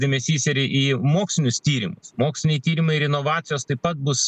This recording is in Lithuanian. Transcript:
dėmesys ir į mokslinius tyrimus moksliniai tyrimai ir inovacijos taip pat bus